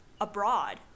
abroad